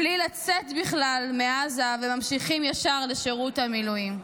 בלי לצאת בכלל מעזה, ממשיכים ישר לשירות המילואים.